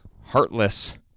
Heartless